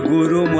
Guru